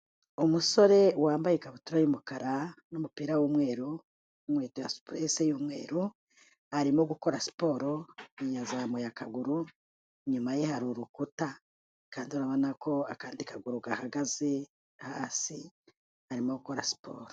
Umusore wambaye ikabutura y'umukara n'umupira w'umweru n'inkweto ya supuresi y'umweru, arimo gukora siporo, yazamuye akaguru, inyuma ye hari urukuta kandi urabona ko akandi kaguru gahagaze hasi arimo gukora siporo.